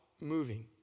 Moving